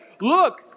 look